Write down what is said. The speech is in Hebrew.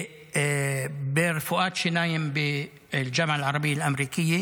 וברפואת שיניים באוניברסיטה הערבית האמריקאית